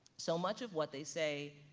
so much of what they say,